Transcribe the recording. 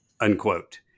unquote